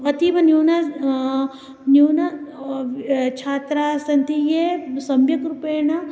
अतीव न्यूनं न्यूनाः छात्राः सन्ति ये सम्यक्रूपेण